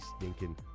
stinking